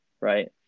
right